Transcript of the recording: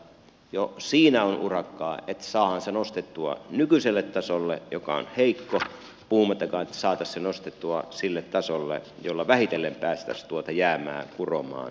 jo siinä on urakkaa että saadaan se nostettua nykyiselle tasolle joka on heikko puhumattakaan että se saataisiin nostettua sille tasolle jolla vähitellen päästäisiin jäämään kuromaan umpeen